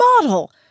model